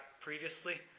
previously